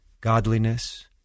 godliness